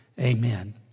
Amen